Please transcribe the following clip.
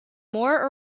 more